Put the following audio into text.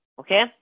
Okay